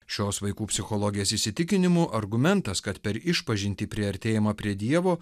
šios vaikų psichologės įsitikinimu argumentas kad per išpažintį priartėjama prie dievo